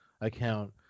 account